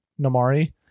Namari